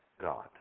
God